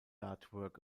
artwork